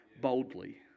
boldly